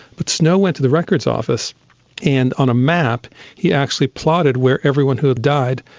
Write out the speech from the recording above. but snow went to the records office and on a map he actually plotted where everyone who had died,